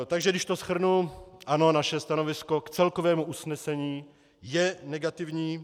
Takže když to shrnu, ano, naše stanovisko k celkovému usnesení je negativní.